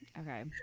Okay